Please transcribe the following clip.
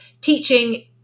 teaching